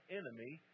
enemy